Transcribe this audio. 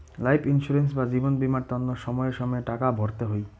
life insurance বা জীবন বীমার তন্ন সময়ে সময়ে টাকা ভরতে হই